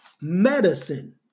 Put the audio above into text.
medicine